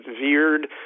veered